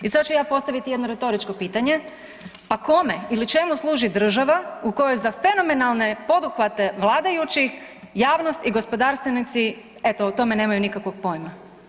I sada ću ja postaviti jedno retoričko pitanje, pa kome ili čemu služi država u kojoj za fenomenalne poduhvate vladajućih javnost i gospodarstvenici eto o tome nemaju nikakvog pojma?